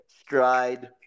stride